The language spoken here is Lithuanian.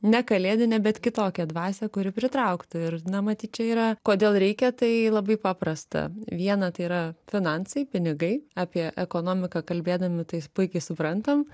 ne kalėdinę bet kitokią dvasią kuri pritrauktų ir na matyt čia yra kodėl reikia tai labai paprasta viena tai yra finansai pinigai apie ekonomiką kalbėdami tai puikiai suprantam